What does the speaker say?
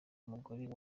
umugore